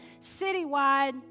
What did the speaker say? citywide